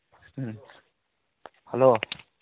ꯎꯝ hello